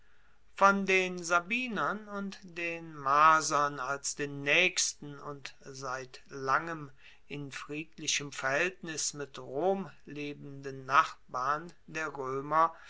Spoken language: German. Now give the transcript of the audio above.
von den sabinern und den marsern als den naechsten und seit langem in friedlichem verhaeltnis mit rom lebenden nachbarn der roemer